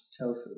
tofu